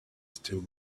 still